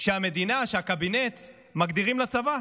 שהמדינה ושהקבינט מגדירים לצבא.